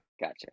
Gotcha